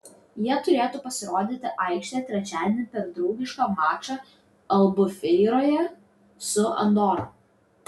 jie turėtų pasirodyti aikštėje trečiadienį per draugišką mačą albufeiroje su andora